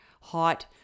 hot